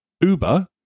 uber